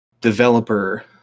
developer